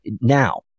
now